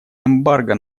эмбарго